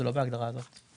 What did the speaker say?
זה לא בהגדרה הזאת.